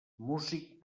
músic